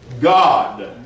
God